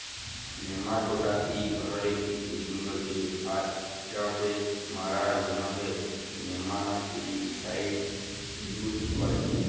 nematoda ইক ধরলের ইক লিঙ্গ জীব আর ইটকে মারার জ্যনহে নেমাটিসাইড ইউজ ক্যরে